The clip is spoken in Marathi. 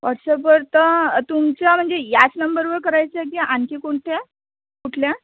वॉट्सअपवर तर तुमच्या म्हणजे याच नंबरवर करायचं आहे की आणखी कोणत्या कुठल्या